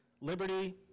liberty